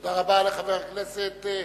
תודה רבה לחבר הכנסת אלדד.